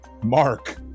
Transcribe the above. Mark